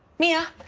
mia?